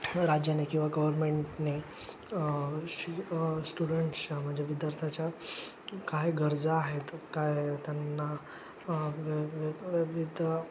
राज्याने किंवा गव्हर्मेंटने शि स्टुडंट्सच्या म्हणजे विद्यार्थ्याच्या काय गरजा आहेत काय त्यांना म्हणजे वे विविध